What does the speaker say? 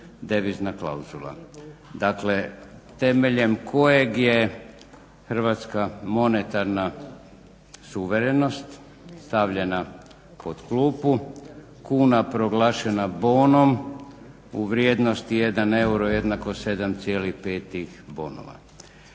devizna klauzula, dakle temeljem kojeg je hrvatska monetarna suverenost stavljena pod klupu, kuna proglašena bonom u vrijednosti 1 euro jednako 7,5 tih bonova.